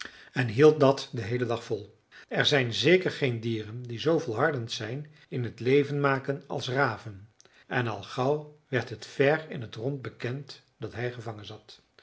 en hield dat den heelen dag vol er zijn zeker geen dieren die zoo volhardend zijn in t leven maken als raven en al gauw werd het ver in t rond bekend dat hij gevangen zat